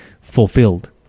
fulfilled